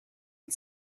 and